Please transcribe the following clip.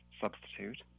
substitute